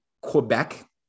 Quebec